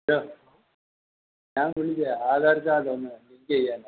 hello ഞാൻ വിളിച്ചത് Aadhaar card ഒന്ന് ചെക്ക് ചെയ്യാനായിരുന്നു